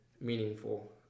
meaningful